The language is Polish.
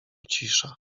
cisza